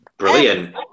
Brilliant